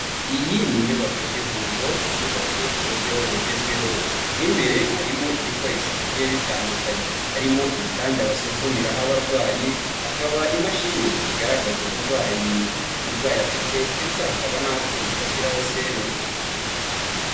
Iyi ni inyubako y'ivuriro, yubatswe mu buryo bugezweho mo imbere harimo ibikoresho bigiye bitandukanye, harimo ibitanda basuzumiraho abarwayi, hakaba imashini zigaragaza uburwayi umurwayi afite ndetse hakaba n'akuma bashyiraho serumu.